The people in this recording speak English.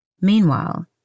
Meanwhile